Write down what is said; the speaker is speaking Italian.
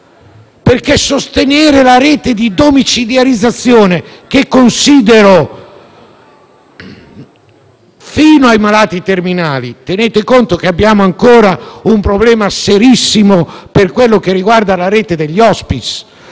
per sostenere la rete di domiciliarizzazione, che considero fino ai malati terminali. Tenete conto che abbiamo ancora un problema serissimo per quello che riguarda la rete degli *hospice*,